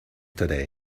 today